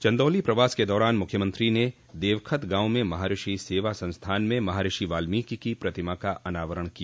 चंदौली प्रवास के दौरान मुख्यमंत्री ने देवखत गांव में महषि सेवा संस्थान में महर्षि वाल्मिक की प्रतिमा का अनावरण किया